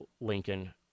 Lincoln